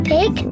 Pig